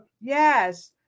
yes